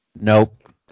Nope